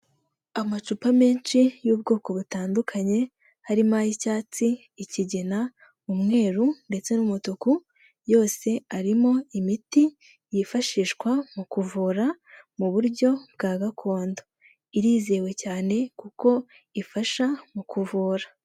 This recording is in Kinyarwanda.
Amacupa menshi y'ubwoko butandukanye, harimo ay'icyatsi, ikigina, umweru ndetse n'umutuku, yose arimo imiti yifashishwa mu kuvura mu buryo bwa gakondo. Irizewe cyane kuko ifasha mu kuvura.